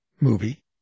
movie